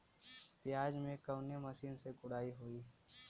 प्याज में कवने मशीन से गुड़ाई होई?